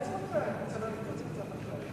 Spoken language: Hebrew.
אצל הליכוד זה קצת אחרת.